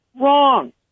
wrong